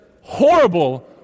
horrible